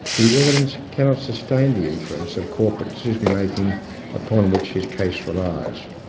the evidence cannot sustain the inference of corporate decision making upon which his case relies.